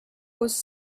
was